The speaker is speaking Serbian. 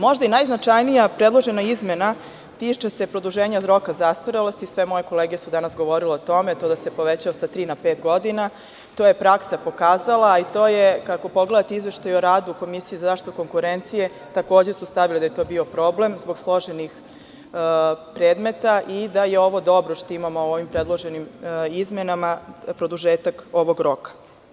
Možda i najznačajnija predložena izmena tiče se produženja roka zastarelosti, sve moje kolege su danas govorile o tome, da se poveća sa tri na pet godina, to je praksa pokazala, a i to je kako pogledati izveštaj o radu Komisije za zaštitu konkurencije, takođe su stavili da je to bio problem zbog složenih predmeta i da je ovo dobro što imamo u ovim predloženim izmenama, produžetak ovog roka.